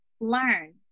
learn